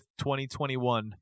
2021